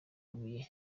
ibuye